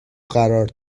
قرار